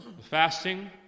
Fasting